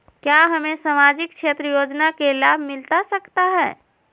क्या हमें सामाजिक क्षेत्र योजना के लाभ मिलता सकता है?